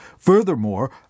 Furthermore